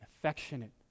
affectionate